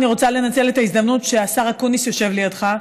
אני רוצה לנצל את ההזדמנות שהשר אקוניס יושב לידך,